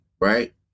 right